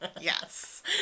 Yes